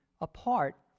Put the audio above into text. apart